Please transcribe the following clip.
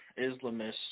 Islamists